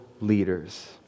leaders